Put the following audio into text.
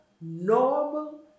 Normal